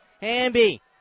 Hamby